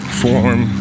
form